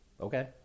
okay